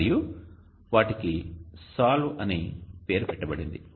మరియు వాటికి SOLVE అని పేరు పెట్టబడింది